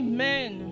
Amen